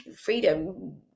Freedom